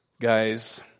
guys